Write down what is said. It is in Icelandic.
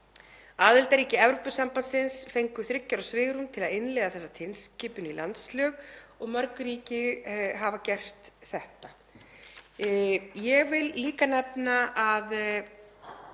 Aðildarríki Evrópusambandsins fengu þriggja ára svigrúm til að innleiða þessa tilskipun í landslög og mörg ríki hafa gert þetta. Ég vil líka nefna að